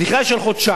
בדיקה של חודשיים,